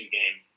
game